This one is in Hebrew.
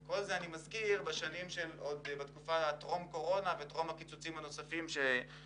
כל זה עוד בתקופה שטרום קורונה והקיצוצים שבעקבותיה.